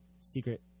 secret